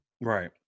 Right